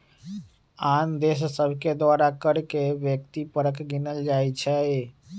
आन देश सभके द्वारा कर के व्यक्ति परक गिनल जाइ छइ